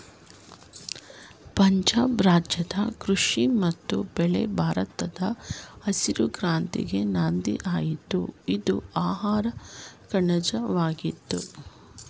ಪಂಜಾಬ್ ರಾಜ್ಯದ ಕೃಷಿ ಮತ್ತು ಬೆಳೆ ಭಾರತದ ಹಸಿರು ಕ್ರಾಂತಿಗೆ ನಾಂದಿಯಾಯ್ತು ಇದು ಆಹಾರಕಣಜ ವಾಗಯ್ತೆ